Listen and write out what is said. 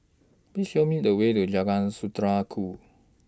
Please Show Me The Way to Jalan Saudara Ku